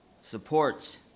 supports